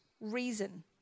reason